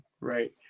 Right